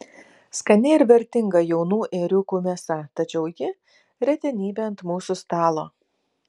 skani ir vertinga jaunų ėriukų mėsa tačiau ji retenybė ant mūsų stalo